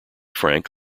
frank